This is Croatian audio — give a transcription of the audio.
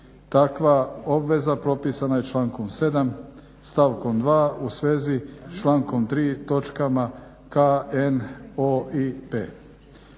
Takva obveza propisana je člankom 7. stavkom 2. u svezi s člankom 3. točkama K, N, O i P.